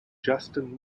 justin